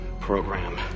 program